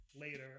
later